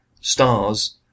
stars